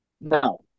No